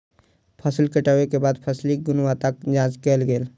फसिल कटै के बाद फसिलक गुणवत्ताक जांच कयल गेल